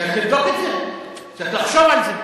צריך לבדוק את זה, צריך לחשוב על זה.